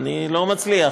אז שוב, תוכנית יתד,